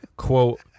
Quote